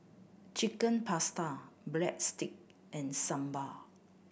Chicken Pasta Breadstick and Sambar